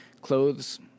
clothes